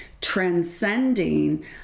transcending